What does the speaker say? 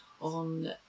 on